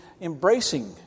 embracing